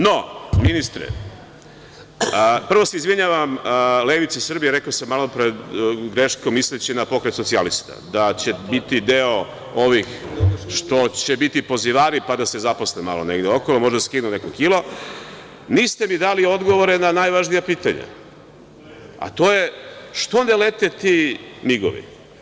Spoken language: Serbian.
No, ministre, prvo se izvinjavam levici Srbije, rekao sam malopre greškom, misleći na Pokret socijalista da će biti deo ovih što će biti pozivari, pa da se zaposle malo negde okolo, možda skinu neko kilo, niste mi dali odgovore na najvažnija pitanja, a to je zašto ne lete ti migovi?